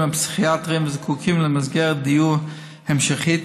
הפסיכיאטריים וזקוקים למסגרת דיור המשכית